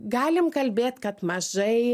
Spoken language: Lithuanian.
galim kalbėt kad mažai